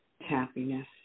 happiness